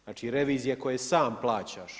Znači revizija koje sam plaćaš.